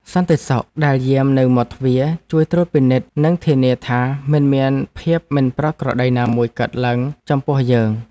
សន្តិសុខដែលយាមនៅមាត់ទ្វារជួយត្រួតពិនិត្យនិងធានាថាមិនមានភាពមិនប្រក្រតីណាមួយកើតឡើងចំពោះយើង។